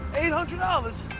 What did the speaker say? eight hundred dollars?